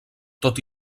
tot